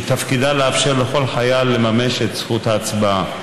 שתפקידה לאפשר לכל חייל לממש את זכות ההצבעה.